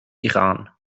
iran